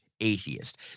atheist